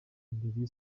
mbere